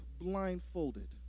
blindfolded